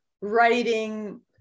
writing